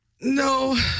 No